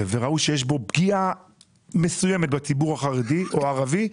וראו שיש פגיעה בציבור החרדי או הערבי.